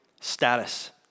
status